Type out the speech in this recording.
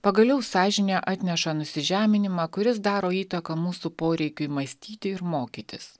pagaliau sąžinė atneša nusižeminimą kuris daro įtaką mūsų poreikiui mąstyti ir mokytis